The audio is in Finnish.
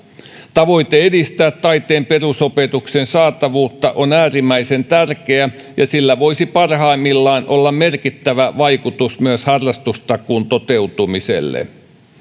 tavoite edistää taiteen perusopetuksen saatavuutta on äärimmäisen tärkeä ja sillä voisi parhaimmillaan olla merkittävä vaikutus myös harrastustakuun toteutumiselle